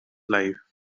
life